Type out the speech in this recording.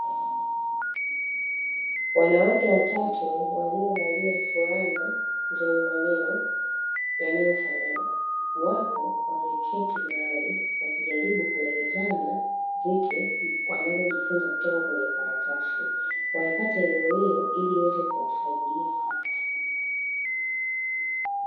Wanawake watatu waliovalia fulana zenye maneno yanayofanana, wapo wameketi mahali wakijaribu kuelezana vitu wanavyojifunza kutoka kwenye karatasi, wanapata elimu hiyo ili iweze kuwasaidia.